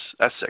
S6